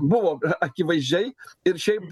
buvo akivaizdžiai ir šiaip